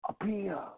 appear